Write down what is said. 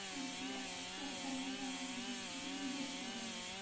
अद्य सर्वमेलनानि विनिवर्तय